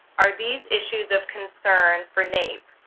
are these issues of concern for naep?